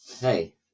hey